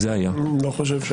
לא חושב.